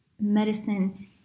medicine